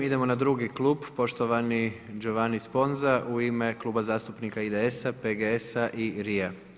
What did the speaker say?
Idemo na drugi klub, poštovani Giovanni Sponza u ime Kluba zastupnika IDS-a, PGS-a i LRI-a.